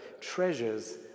treasures